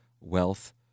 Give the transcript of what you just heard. Wealth